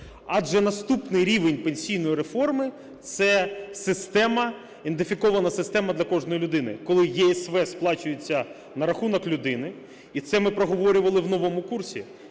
Адже наступний рівень пенсійної реформи – це система, ідентифікована система для кожної людини, коли ЄСВ сплачується на рахунок людини, і це ми проговорювали в новому курсі.